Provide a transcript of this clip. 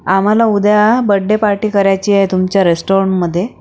आम्हाला उद्या birthday party करायची आहे तुमच्या रेस्टाॅरंटमध्ये